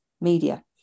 media